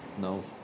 No